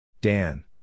Dan